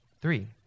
Three